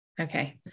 Okay